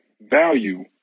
value